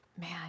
man